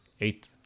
eight